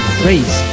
phrase